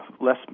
less